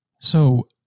So-